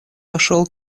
вошел